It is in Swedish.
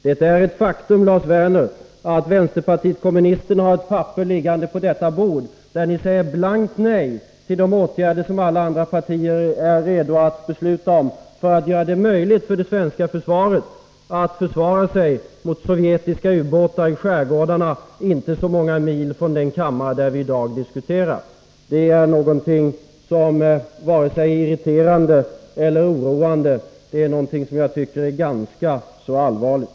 Det är ett faktum, Lars Werner, att vänsterpartiet kommunisterna har en handling liggande på kammarens bord där ni säger blankt nej till de åtgärder som alla andra partier är beredda att besluta om och som syftar till att göra det möjligt för Sverige att försvara sig mot sovjetiska ubåtar i de skärgårdar som inte ligger så många mil från den kammare där denna diskussion förs. Detta är något som inte är vare sig irriterande eller oroande, utan något som jag tycker är mycket allvarligt.